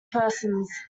persons